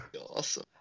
Awesome